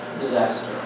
disaster